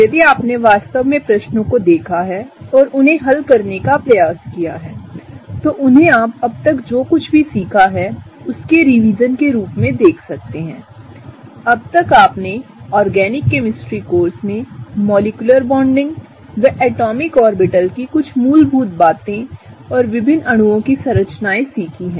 यदि आपने वास्तव में प्रश्नों को देखा है और उन्हें हल करने का प्रयास किया है तो उन्हें आप अब तकजोकुछ भीसीखा है उसके रिवीजन के रूप में देख सकते हैं अब तक आपने ऑर्गेनिक केमिस्ट्री कोर्स में मॉलिक्यूलर बॉन्डिंग व एटॉमिक ऑर्बिटल की कुछ मूलभूत बातें और विभिन्न अणुओं की संरचनाएं सीखी हैं